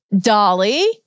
Dolly